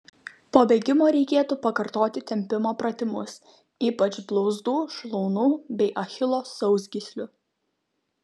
po bėgimo reikėtų pakartoti tempimo pratimus ypač blauzdų šlaunų bei achilo sausgyslių